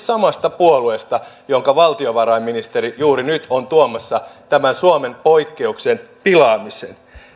samasta puolueesta jonka valtiovarainministeri juuri nyt on tuomassa tämän suomen poikkeuksen pilaamisen